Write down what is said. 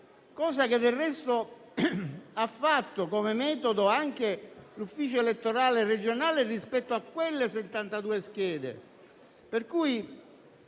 come del resto ha fatto, come metodo, anche l'Ufficio elettorale regionale rispetto a quelle 72 schede.